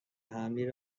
حملی